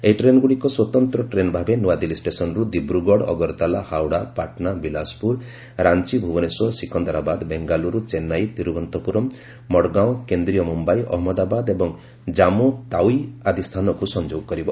ଏହି ଟ୍ରେନ୍ଗୁଡ଼ିକ ସ୍ୱତନ୍ତ୍ର ଟ୍ରେନ୍ ଭାବେ ନୂଆଦିଲ୍ଲୀ ଷ୍ଟେସନରୁ ଦିବ୍ରଗଡ଼ ଅଗରତାଲା ହାଓ୍ୱଡ଼ା ପାଟଣା ବିଳାସପୁର ରାଞ୍ଚ ଭୁବନେଶ୍ୱର ସିକନ୍ଦରାବାଦ ବେଙ୍ଗାଲୁରୁ ଚେନ୍ନାଇ ତିରୁଭନ୍ତପୁରମ୍ ମଡଗାଓଁ କେନ୍ଦ୍ରୀୟ ମୁମ୍ୟାଇ ଅହମ୍ମଦାବାଦ ଏବଂ ଜାମ୍ମୁ ତାର୍ତ୍ତି ଆଦି ସ୍ଥାନକୁ ସଂଯୋଗ କରିବ